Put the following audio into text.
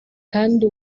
kandi